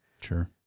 sure